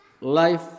life